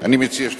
אני מציע שתסכים.